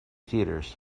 theatres